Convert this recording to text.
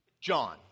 John